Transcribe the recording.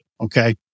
Okay